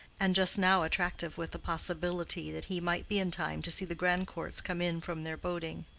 and just now attractive with the possibility that he might be in time to see the grandcourts come in from their boating.